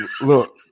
Look